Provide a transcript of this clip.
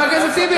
חבר הכנסת טיבי,